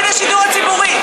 בחוק הזה אין חוט מחשבה.